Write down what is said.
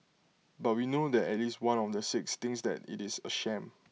but we know that at least one of the six thinks that IT is A sham